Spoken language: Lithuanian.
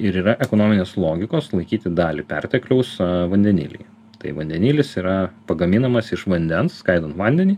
ir yra ekonominės logikos laikyti dalį pertekliaus vandenilyje tai vandenilis yra pagaminamas iš vandens skaidant vandenį